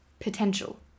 potential